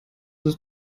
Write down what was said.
ist